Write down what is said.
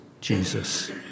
Jesus